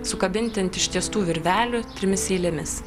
sukabinti ant ištiestų virvelių trimis eilėmis